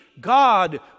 God